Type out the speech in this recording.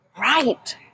Right